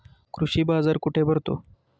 कृषी बाजार कुठे भरतो?